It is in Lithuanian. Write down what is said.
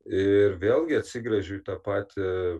ir vėlgi atsigręžiu į tą patį